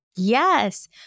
Yes